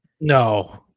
no